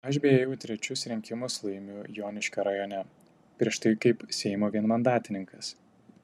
aš beje jau trečius rinkimus laimiu joniškio rajone prieš tai kaip seimo vienmandatininkas